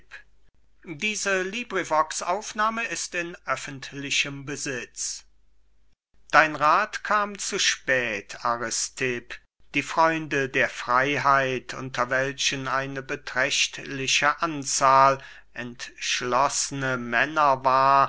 dein rath kam zu spät aristipp die freunde der freyheit unter welchen eine beträchtliche anzahl entschloßner männer war